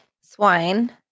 swine